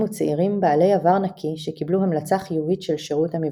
וצעירים בעלי עבר נקי שקבלו המלצה חיובית של שירות המבחן.